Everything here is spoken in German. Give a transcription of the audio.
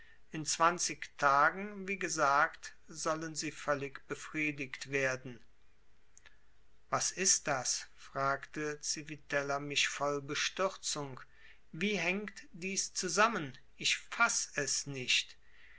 in zwanzig tagen wie gesagt sollen sie völlig befriedigt werden was ist das fragte civitella mich voll bestürzung wie hängt dies zusammen ich faß es nicht